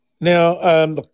Now